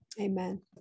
Amen